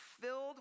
filled